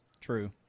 true